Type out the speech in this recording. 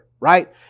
Right